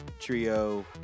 Trio